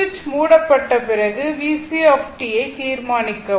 சுவிட்ச் மூடப்பட்ட பிறகு VCt ஐ தீர்மானிக்கவும்